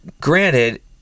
Granted